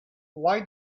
why